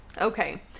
Okay